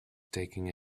taking